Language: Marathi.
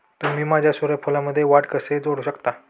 तुम्ही माझ्या सूर्यफूलमध्ये वाढ कसे जोडू शकता?